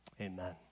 amen